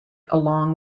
along